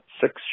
six